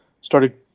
started